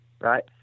Right